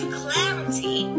clarity